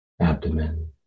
abdomen